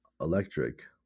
electric